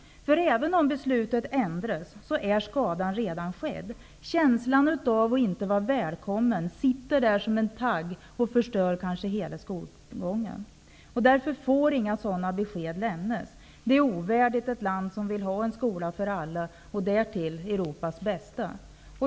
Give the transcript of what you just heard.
Även om beslutet ändras är skadan redan skedd. Känslan av att inte vara välkommen sitter där som en tagg och kanske förstör hela skolgången. Därför får inga sådana besked lämnas. Det är ovärdigt ett land som vill ha en skola för alla, och därtill Europas bästa.